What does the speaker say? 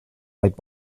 light